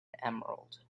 emerald